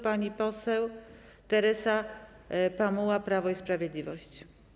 Pani poseł Teresa Pamuła, Prawo i Sprawiedliwość.